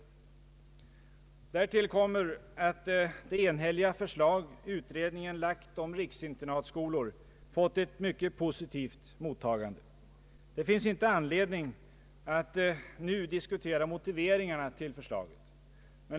Därtill kommer att det enhälliga förslag utredningen framlagt om riksinternatskolor fått ett mycket positivt mottagande. Det finns inte anledning att nu diskutera motiveringarna till förslaget.